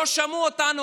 לא שמעו אותנו,